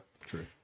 True